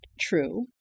true